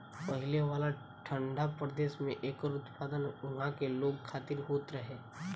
पहिले वाला ठंडा प्रदेश में एकर उत्पादन उहा के लोग खातिर होत रहे